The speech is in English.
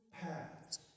paths